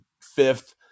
fifth